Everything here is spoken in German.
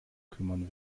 kümmern